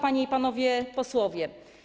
Panie i Panowie Posłowie!